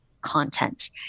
content